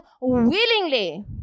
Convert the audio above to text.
willingly